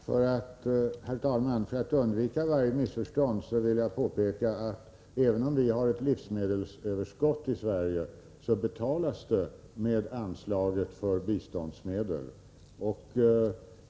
Herr talman! För att undvika varje missförstånd vill jag påpeka att även om vi har ett livsmedelsöverskott här i Sverige, betalas eventuellt bistånd som tas från detta överskott med anslaget för biståndsmedel.